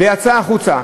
ויצא החוצה,